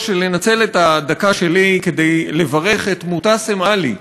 לנצל את הדקה שלי כדי לברך את מועתסם עלי,